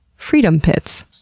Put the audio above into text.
freedom pits.